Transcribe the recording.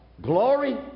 Glory